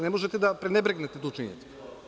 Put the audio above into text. Ne možete da prenebregnete tu činjenicu.